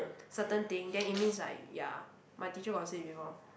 certain thing then it means like ya my teacher got say before